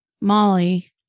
Molly